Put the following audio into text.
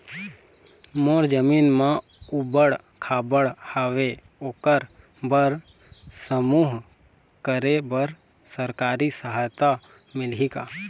मोर जमीन म ऊबड़ खाबड़ हावे ओकर बर समूह करे बर सरकारी सहायता मिलही का?